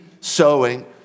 sowing